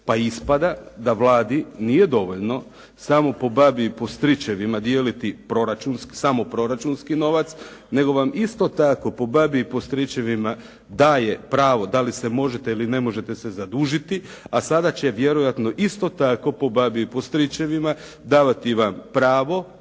Pa ispada da Vladi nije dovoljno samo po babi i po stričevima dijeliti proračunski, samo proračunski novac, nego vam isto tako po babi i po stričevima daje pravo da li se možete ili ne možete se zadužiti, a sada će vjerojatno isto tako po babi i po stričevima davati vam pravo